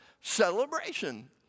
celebration